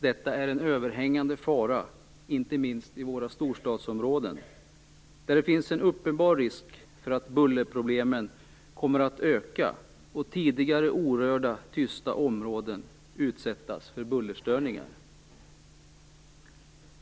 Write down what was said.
Detta är en överhängande fara inte minst i våra storstadsområden, där det finns en uppenbar risk att bullerproblemen kommer att öka och tidigare orörda tysta områden utsätts för bullerstörningar.